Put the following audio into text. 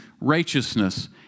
righteousness